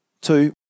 Two